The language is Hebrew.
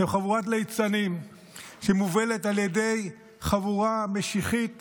אתם חבורת ליצנים שמובלת על ידי חבורה משיחית